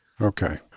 Okay